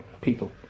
people